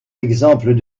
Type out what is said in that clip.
exemple